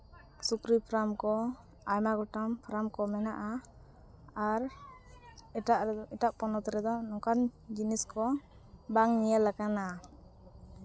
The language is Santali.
ᱥᱩᱠᱨᱤ ᱯᱷᱨᱟᱢ ᱠᱚ ᱟᱭᱢᱟ ᱜᱚᱴᱟᱝ ᱯᱷᱨᱟᱢ ᱠᱚ ᱢᱮᱱᱟᱜᱼᱟ ᱟᱨ ᱮᱴᱟᱜ ᱨᱮᱫᱚ ᱮᱴᱟᱜ ᱯᱚᱱᱚᱛ ᱨᱮᱫᱚ ᱱᱚᱝᱠᱟᱱ ᱡᱤᱱᱤᱥ ᱠᱚ ᱵᱟᱝ ᱧᱮᱞᱟᱠᱟᱱᱟ